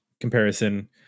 comparison